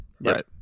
Right